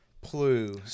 Plu